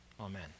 Amen